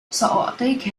سأعطيك